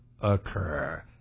occur